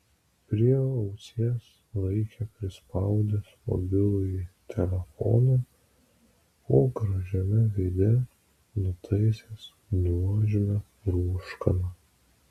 prie ausies laikė prispaudęs mobilųjį telefoną o gražiame veide nutaisęs nuožmią rūškaną